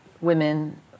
women